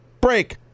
break